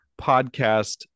Podcast